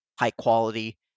high-quality